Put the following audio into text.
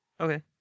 Okay